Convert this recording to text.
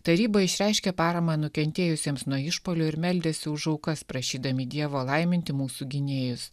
taryba išreiškė paramą nukentėjusiems nuo išpuolių ir meldėsi už aukas prašydami dievo laiminti mūsų gynėjus